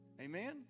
Amen